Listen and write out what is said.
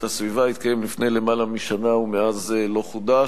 הסביבה התקיים לפני למעלה משנה ומאז לא חודש.